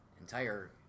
Entire